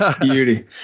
Beauty